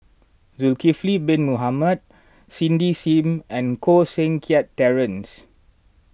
Zulkifli Bin Mohamed Cindy Sim and Koh Seng Kiat Terence